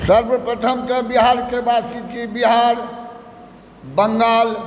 सर्वप्रथम तऽ बिहारके वासी छी बिहार बंगाल